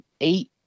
eight